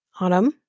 Autumn